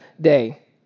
day